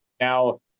Now